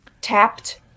Tapped